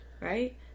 Right